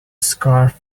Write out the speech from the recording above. scarf